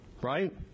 right